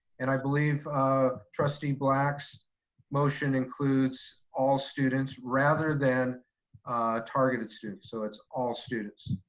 and i believe trustee black's motion includes all students rather than targeted students, so it's all students.